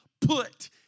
put